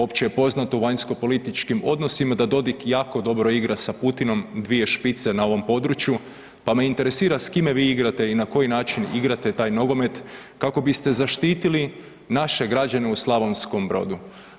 Opće je poznato u vanjskopolitičkim odnosima da Dodik jako dobro igra sa Putinom, dvije špice na ovom području, pa me interesira s kime vi igrate i na koji način igrate taj nogomet kako biste zaštitili naše građane u Slavonskom Brodu?